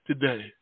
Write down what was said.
today